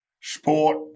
sport